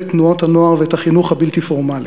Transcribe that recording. תנועות הנוער ואת החינוך הבלתי-פורמלי,